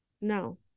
no